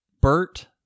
Bert